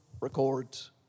records